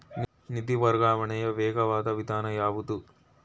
ನಿಧಿ ವರ್ಗಾವಣೆಯ ವೇಗವಾದ ವಿಧಾನ ಯಾವುದು?